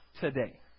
Today